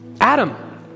Adam